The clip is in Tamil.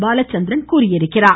பாலச்சந்திரன் தெரிவித்துள்ளார்